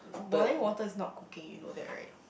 boiling water is not cooking you know that right